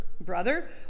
brother